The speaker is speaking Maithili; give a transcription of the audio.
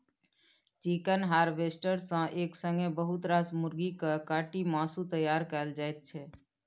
चिकन हार्वेस्टर सँ एक संगे बहुत रास मुरगी केँ काटि मासु तैयार कएल जाइ छै